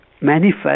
manifest